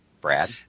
Brad